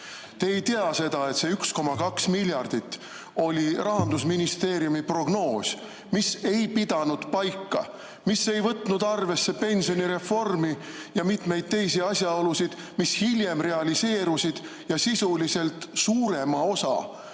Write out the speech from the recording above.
Te ei tea seda, et see 1,2 miljardit oli Rahandusministeeriumi prognoos, mis ei pidanud paika. See ei võtnud arvesse pensionireformi ja mitmeid teisi asjaolusid, mis hiljem realiseerusid ja sisuliselt suurema osa